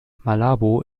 malabo